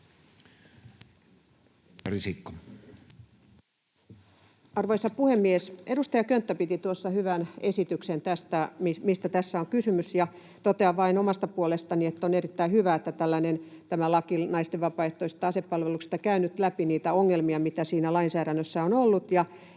Arvoisa puhemies! Edustaja Könttä piti tuossa hyvän esityksen tästä, mistä tässä on kysymys, ja totean vain omasta puolestani, että on erittäin hyvä, että tämä laki naisten vapaaehtoisesta asepalveluksesta käy nyt läpi niitä ongelmia, mitä siinä lainsäädännössä on ollut,